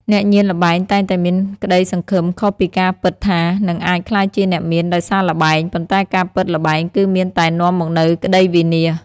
អ្នកញៀនល្បែងតែងតែមានក្តីសង្ឃឹមខុសពីការពិតថា នឹងអាចក្លាយជាអ្នកមានដោយសារល្បែង ប៉ុន្តែការពិតល្បែងគឺមានតែនាំមកនូវក្តីវិនាស។